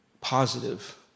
positive